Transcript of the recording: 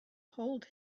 hold